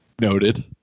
Noted